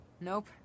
Nope